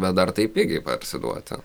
bet dar taip pigiai parsiduoti